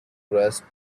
grasp